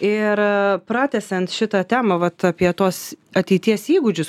ir pratęsiant šitą temą vat apie tuos ateities įgūdžius